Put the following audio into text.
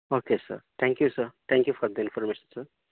okay sir thank you sir thank you for the information sir